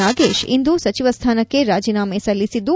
ನಾಗೇಶ್ ಇಂದು ಸಚಿವ ಸ್ಥಾನಕ್ಕೆ ರಾಜೀನಾಮೆ ಸಲ್ಲಿಸಿದ್ದು